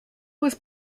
was